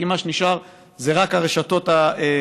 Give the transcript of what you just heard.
כי מה שנשאר זה רק הרשתות הגדולות.